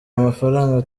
amafaranga